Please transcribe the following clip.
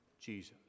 Jesus